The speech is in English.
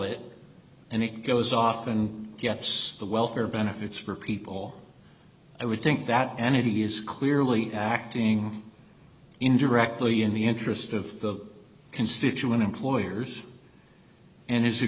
it and it goes off and gets the welfare benefits for people i would think that entity is clearly acting indirectly in the interest of constituent employers and is a